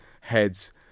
heads